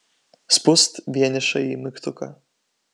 spust vienišąjį mygtuką